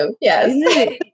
Yes